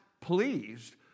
pleased